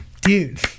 Dude